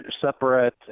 separate